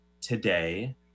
today